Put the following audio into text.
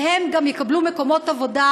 והם גם יקבלו מקומות עבודה,